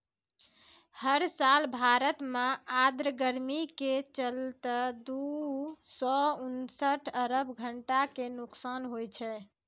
हर साल भारत मॅ आर्द्र गर्मी के चलतॅ दू सौ उनसठ अरब घंटा के नुकसान होय छै